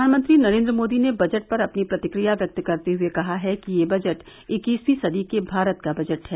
प्रधानमंत्री नरेंद्र मोदी ने बजट पर अपनी प्रतिक्रिया व्यक्त करते हुए कहा है कि यह बजट इक्कीसवी सदी के भारत का बजट है